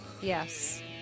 Yes